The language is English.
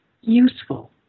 useful